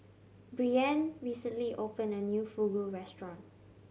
brianne recently opened a new Fugu Restaurant